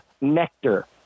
nectar